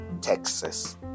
Texas